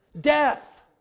death